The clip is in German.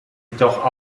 jedoch